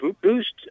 boost